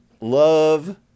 Love